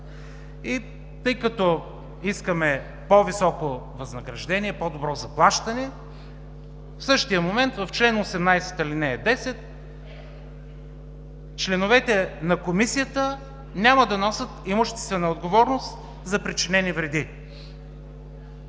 сектор. Искаме по-високо възнаграждение, по-добро заплащане, а в същия момент в чл. 18, ал. 10: „членовете на Комисията няма да носят имуществена отговорност за причинени вреди“.